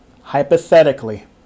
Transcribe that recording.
hypothetically